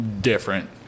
different